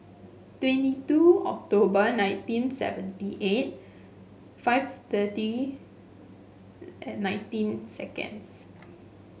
twenty two October nineteen seventy eight five thirty and nineteen seconds